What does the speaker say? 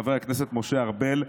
חבר הכנסת משה ארבל,